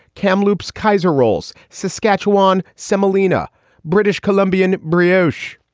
kamloops kaiser rolls saskatchewan semolina british columbian brioche.